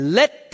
let